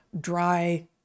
dry